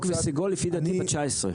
ירוק וסגול לפי דעתי ב-2019.